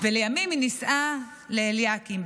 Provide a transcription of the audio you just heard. ולימים נישאה לאליקים.